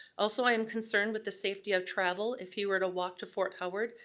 also, i am concerned with the safety of travel if he were to walk to fort howard,